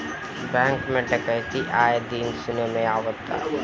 bank में डकैती आये दिन सुने में आवता